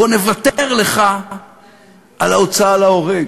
בוא נוותר לך על ההוצאה להורג.